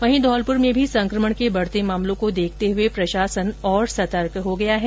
वहीं धौलपुर में भी संकमण के बढ़ते मामलों को देखते हुए प्रशासन और सतर्क हो गया है